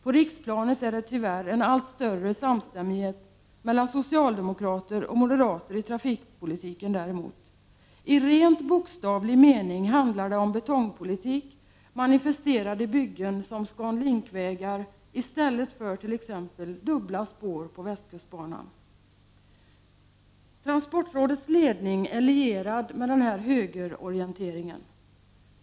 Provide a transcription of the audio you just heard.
På riksplanet är det däremot tyvärr en allt större samstämmighet mellan socialdemokrater och moderater i trafikpolitiken. I rent bokstavlig mening handlar det om betongpolitik, manifesterad i byggen som Scan Link-vägar, i stället för t.ex. dubbla spår på Västkustbanan. Transportrådets ledning är lierad med denna högerorientering.